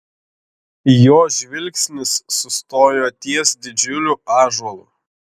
jo žvilgsnis sustojo ties didžiuliu ąžuolu